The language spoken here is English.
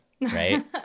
Right